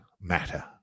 matter